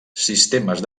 sistemes